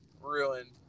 ruined